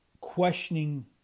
questioning